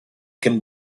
can